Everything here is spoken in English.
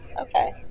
Okay